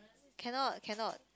cannot cannot